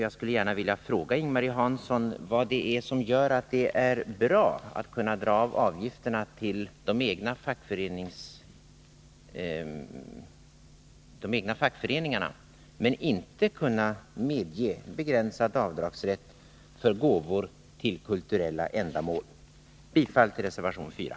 Jag skulle gärna vilja fråga Ing-Marie Hansson: Varför skall man kunna dra av avgifterna till den egna fackföreningen men inte kunna medge begränsad avdragsrätt för gåvor avsedda för kulturella ändamål? Jag yrkar bifall till reservation 4.